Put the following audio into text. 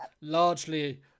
largely